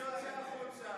זה יוצא החוצה.